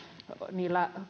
niillä